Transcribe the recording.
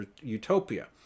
utopia